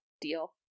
deal